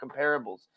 comparables